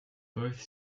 both